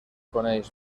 coneix